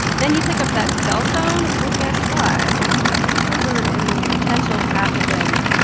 then you pick up that cell phone? well, guess what it can be covered in potential pathogens.